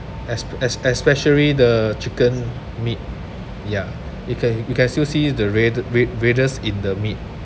es~ es~ especially the chicken meat ya you can you can still see the red red redness in the meat